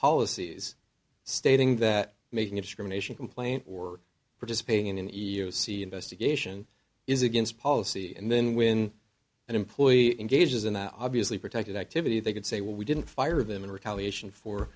policies stating that making a discrimination complaint or participating in an ego see investigation is against policy and then when an employee engages in obviously protected activity they can say well we didn't fire them in retaliation for